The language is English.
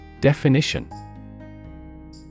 Definition